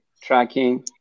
tracking